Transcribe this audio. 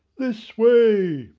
this way!